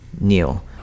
Neil